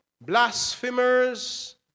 blasphemers